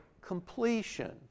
completion